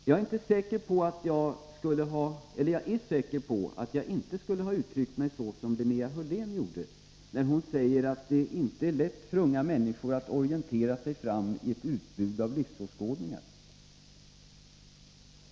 Jag är säker på att jag inte skulle ha uttryckt mig så som Linnea Hörlén gjorde, när hon sade att det inte är lätt för unga människor att orientera sig fram i ett utbud av livsåskådningar.